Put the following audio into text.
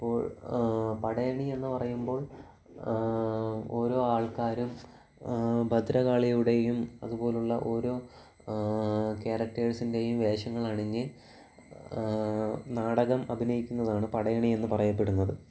അപ്പോൾ പടയണി എന്ന് പറയുമ്പോൾ ഓരോ ആൾക്കാരും ഭദ്രകാളിയുടെയും അതുപോലുള്ള ഓരോ ക്യാരക്ടട്ടേഴ്സിൻ്റെയും വേഷങ്ങളണിഞ്ഞ് നാടകം അഭിനയിക്കുന്നതാണ് പടയണി എന്ന് പറയപ്പെടുന്നത്